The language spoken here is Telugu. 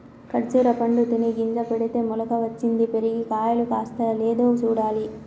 ఖర్జురా పండు తిని గింజ పెడితే మొలక వచ్చింది, పెరిగి కాయలు కాస్తాయో లేదో చూడాలి